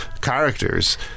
characters